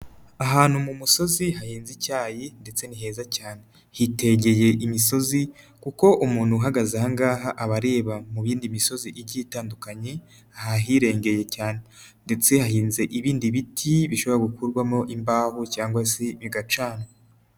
Ahantu mu musozi hahinze icyayi, ndetse ni heza cyane. Hitegeye imisozi kuko umuntu uhagaze ahangaha aba areba mu yindi misozi igi itandukanye ahahirengeye cyane. Ndetse hahinze ibindi biti bishobora gukurwamo imbaho cyangwa se bigacanwa.